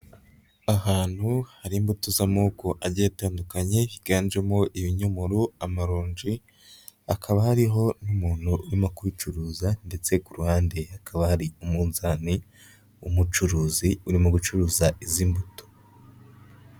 Ahantu hari imbuto z'amoko agiye atandukanye higanjemo ibinyomoro amaronji, hakaba ariho umuntu urimo kubicuruza ndetse ku ruhande hakaba hari umunzani w'umucuruzi urimo gucuruza izi mbuto.